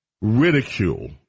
ridicule